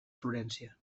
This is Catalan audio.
florència